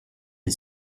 and